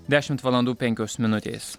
dešimt valandų penkios minutės